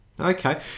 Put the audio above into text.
Okay